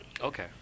Okay